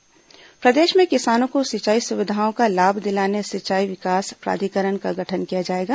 सिंचाई विकास प्राधिकरण प्रदेश के किसानों को सिंचाई सुविधाओं का लाभ दिलाने सिंचाई विकास प्राधिकरण का गठन किया जाएगा